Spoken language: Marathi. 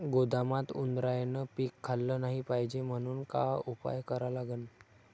गोदामात उंदरायनं पीक खाल्लं नाही पायजे म्हनून का उपाय करा लागन?